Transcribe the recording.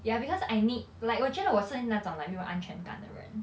ya because I need like 我觉得我是那种 like 没有安全感的人